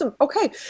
okay